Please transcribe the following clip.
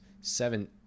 seven